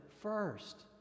first